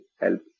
help